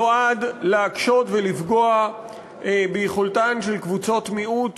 נועד להקשות ולפגוע ביכולתן של קבוצות מיעוט